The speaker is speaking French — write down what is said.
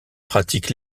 pratique